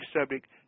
subject